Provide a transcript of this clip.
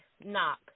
knock